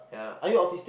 yeah